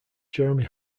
jeremy